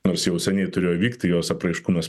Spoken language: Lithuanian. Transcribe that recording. nors jau seniai turėjo įvykt tai jos apraiškų mes